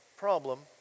problem